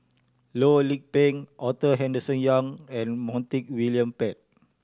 Loh Lik Peng Arthur Henderson Young and Montague William Pett